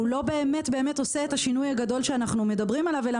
שהוא לא באמת עושה את השינוי הגדול שאנו מדברים עליו אלא